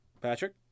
Patrick